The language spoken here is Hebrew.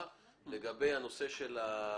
לגבי הנושא של המעטפת,